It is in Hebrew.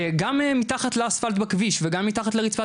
שגם מתחת לאספלט בכביש וגם מתחת לרצפת